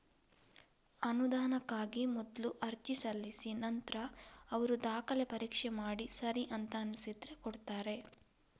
ಅನುದಾನಕ್ಕಾಗಿ ಮೊದ್ಲು ಅರ್ಜಿ ಸಲ್ಲಿಸಿ ನಂತ್ರ ಅವ್ರು ದಾಖಲೆ ಪರೀಕ್ಷೆ ಮಾಡಿ ಸರಿ ಅಂತ ಅನ್ಸಿದ್ರೆ ಕೊಡ್ತಾರೆ